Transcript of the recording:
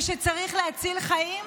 ושצריך להציל חיים?